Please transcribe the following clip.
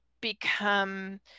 become